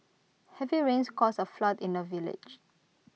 heavy rains caused A flood in the village